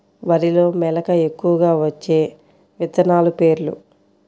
వరిలో మెలక ఎక్కువగా వచ్చే విత్తనాలు పేర్లు?